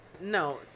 No